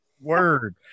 Word